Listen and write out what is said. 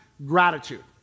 Gratitude